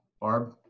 Barb